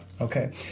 Okay